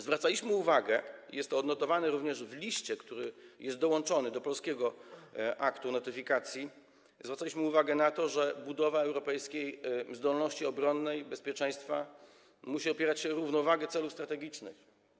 Zwracaliśmy uwagę - jest to odnotowane również w liście, który jest dołączony do polskiego aktu notyfikacji - na to, że budowa europejskiej zdolności obronnej, bezpieczeństwa musi opierać się na równowadze celów strategicznych.